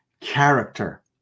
Character